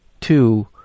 two